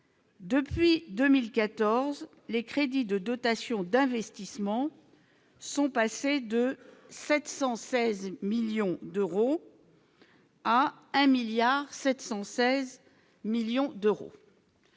Depuis 2014, les crédits de dotation d'investissement sont passés de 716 millions d'euros. à 1 milliard